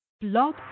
Blog